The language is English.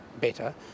better